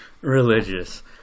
religious